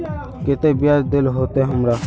केते बियाज देल होते हमरा?